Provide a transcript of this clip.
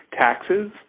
taxes